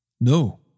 No